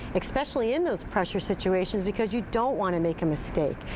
especially in those pressure situations because you don't want to make a mistake.